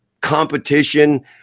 competition